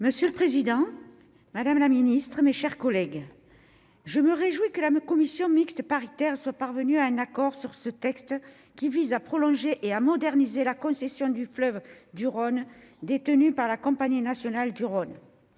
Monsieur le Président, Madame la Ministre, mes chers collègues, je me réjouis que la commission mixte paritaire sont parvenus à un accord sur ce texte qui vise à prolonger et à moderniser la concession du fleuve du Rhône détenue par la Compagnie nationale du Rhône,